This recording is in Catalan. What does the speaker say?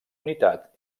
unitat